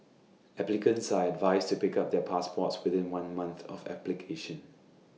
applicants are advised to pick up their passports within one month of application